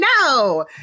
no